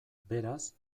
beraz